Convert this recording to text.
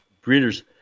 Breeders